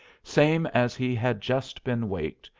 same as he had just been waked,